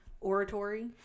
Oratory